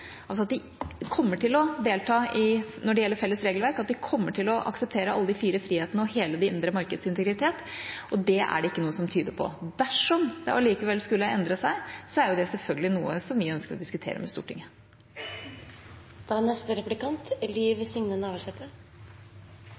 altså at de, når det gjelder felles regelverk, kommer til å akseptere alle de fire frihetene og hele det indre markeds integritet, og det er det ikke noe som tyder på. Dersom det allikevel skulle endre seg, er det selvfølgelig noe som vi ønsker å diskutere med Stortinget. I si utgreiing sa utanriksministeren at Noreg som einaste tredjeland er